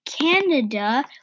Canada